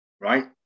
right